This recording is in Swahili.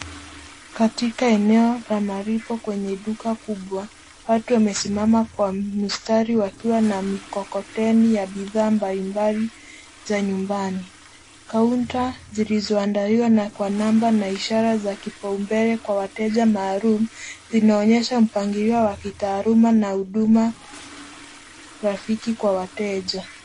Katika eneo la malipo kwenye duka kubwa, watu wamesimama kwa mistari wakiwa na mikokoteni ya bidhaa mbalimbali za nyumbani. Counter zilizoandaliwa kwa namba na ishara za kipaumbele kwa wateja maalum vinaonyesha mpangilio wa kitaalum na huduma rafiki kwa wateja.